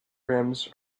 rims